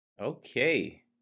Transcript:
okay